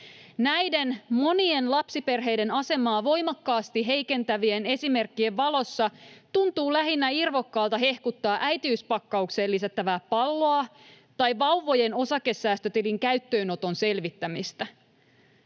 Näiden monien lapsiperheiden asemaa voimakkaasti heikentävien esimerkkien valossa tuntuu lähinnä irvokkaalta hehkuttaa äitiyspakkaukseen lisättävää palloa tai vauvojen osakesäästötilin käyttöönoton selvittämistä.